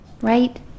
right